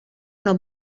una